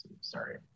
Sorry